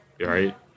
Right